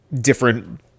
different